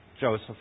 Joseph